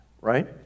right